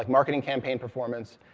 marketing campaign performance,